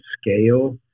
scale